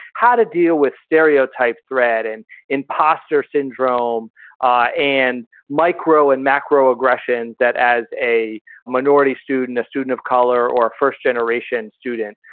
how to deal with stereotype threat and imposter syndrome ah and micro and macro aggressions that as a minority student, a student of color or a first generation student,